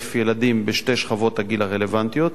ילדים בשתי שכבות הגיל הרלוונטיות,